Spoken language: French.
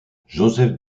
joseph